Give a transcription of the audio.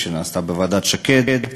שנעשתה בוועדת שקד.